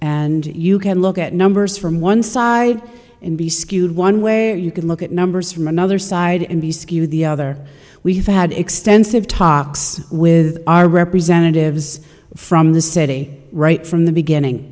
and you can look at numbers from one side and be skewed one way or you can look at numbers from another side and be skewed the other we had extensive talks with our representatives from the city right from the beginning